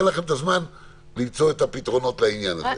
לכם את הזמן למצוא את הפתרונות לעניין הזה.